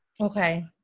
Okay